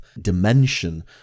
dimension